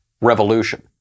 revolution